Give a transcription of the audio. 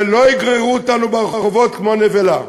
ולא יגררו אותנו ברחובות כמו נבלה.